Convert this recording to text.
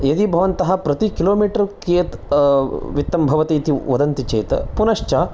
यदि भवन्तः प्रति किलो मीटर् कियत् वित्तं भवति तु इति वदन्ती चेत् पुनःश्च